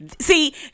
See